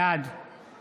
בעד